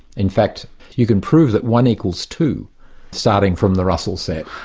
in fact you can prove that one equals two starting from the russell set.